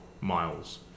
miles